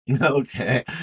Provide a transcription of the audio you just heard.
Okay